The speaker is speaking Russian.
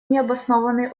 необоснованные